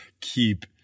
keep